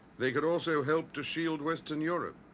they could also help to shield western europe.